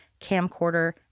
camcorder